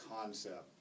concept